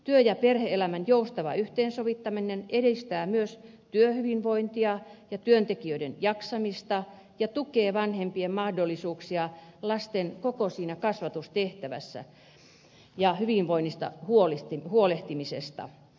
työ ja perhe elämän joustava yhteensovittaminen edistää myös työhyvinvointia ja työntekijöiden jaksamista ja tukee vanhempien mahdollisuuksia lasten koko kasvatustehtävässä ja hyvinvoinnista huolehtimisessa